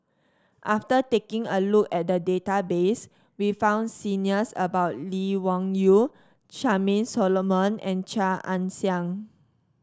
after taking a look at the database we found about Lee Wung Yew Charmaine Solomon and Chia Ann Siang